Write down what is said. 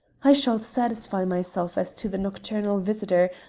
i shall satisfy myself as to the nocturnal visitor,